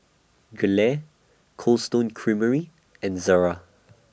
Gelare Cold Stone Creamery and Zara